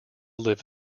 live